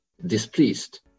displeased